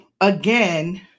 again